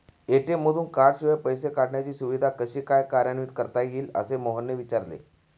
ATM मधून कार्डशिवाय पैसे काढण्याची सुविधा कशी काय कार्यान्वित करता येईल, असे मोहनने विचारले